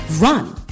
run